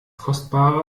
kostbare